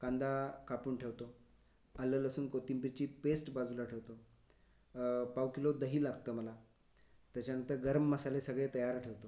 कांदा कापून ठेवतो आलं लसूण कोथिंबीरची पेस्ट बाजूला ठेवतो पाव किलो दही लागतं मला त्याच्यानंतर गरम मसाले सगळे तयार ठेवतो